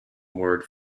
word